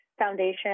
Foundation